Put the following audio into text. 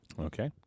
Okay